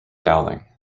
dowling